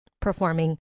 performing